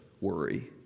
worry